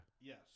Yes